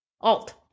Alt